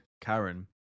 Karen